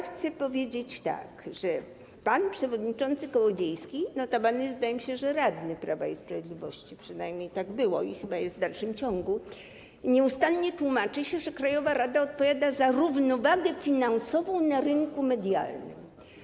Chcę powiedzieć, że pan przewodniczący Kołodziejski - zdaje mi się, że jest notabene radnym Prawa i Sprawiedliwości, przynajmniej tak było i chyba jest w dalszym ciągu - nieustannie tłumaczy się, że krajowa rada odpowiada za równowagę finansową na rynku medialnym.